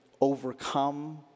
overcome